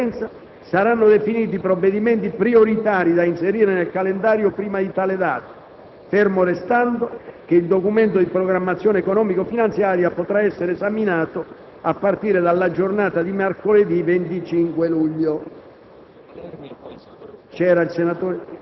Nelle prossime riunioni della Conferenza saranno definiti i provvedimenti prioritari da inserire nel calendario prima di tale data, fermo restando che il Documento di programmazione economico-finanziaria potrà essere esaminato a partire dalla giornata di mercoledì 25 luglio.